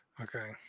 okay